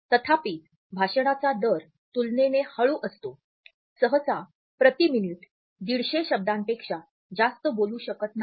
तथापि भाषणाचा दर तुलनेने हळू असतो सहसा प्रति मिनिट 150 शब्दांपेक्षा जास्त बोलू शकत नाही